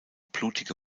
blutige